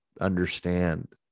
understand